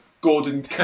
Gordon